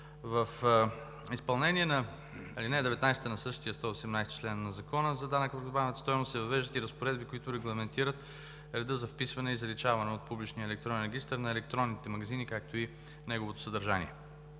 В изпълнение на чл. 118, ал. 19 от Закона за данък върху добавената стойност се въвеждат и разпоредби, които регламентират реда за вписване и заличаване от публичния електронен регистър на електронните магазини, както и неговото съдържание.